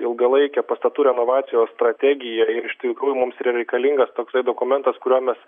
ilgalaikė pastatų renovacijos strategija ir iš tikrųjų mums yra reikalingas toksai dokumentas kuriuo mes